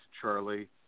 Charlie